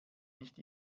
nicht